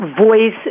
voice